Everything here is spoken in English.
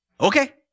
Okay